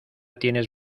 tienes